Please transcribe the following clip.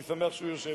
ואני שמח שהוא יושב,